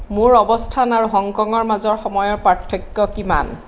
মোৰ অৱস্থান আৰু হংকঙৰ মাজত সময়ৰ পাৰ্থক্য কিমান